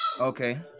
Okay